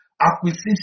Acquisition